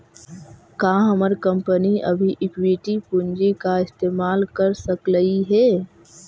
का हमर कंपनी अभी इक्विटी पूंजी का इस्तेमाल कर सकलई हे